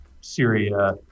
Syria